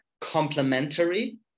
complementary